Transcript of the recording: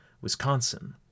Wisconsin